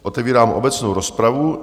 Otevírám obecnou rozpravu.